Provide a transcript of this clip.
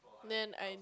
then I